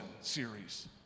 series